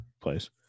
place